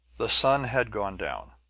the sun had gone down.